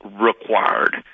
required